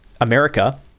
America